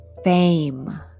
Fame